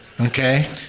Okay